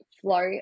flow